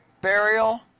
burial